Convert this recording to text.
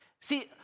See